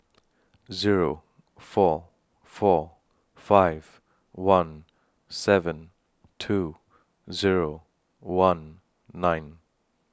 Zero four four five one seven two Zero one nine